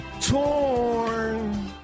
Torn